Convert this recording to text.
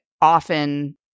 often